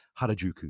Harajuku